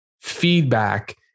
feedback